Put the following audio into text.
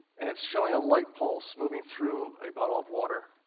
and it's showing a light pulse moving through a bottle of water.